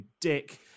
dick